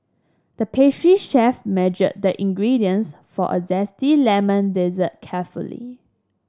the pastry chef measured the ingredients for a zesty lemon dessert carefully